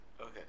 Okay